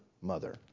mother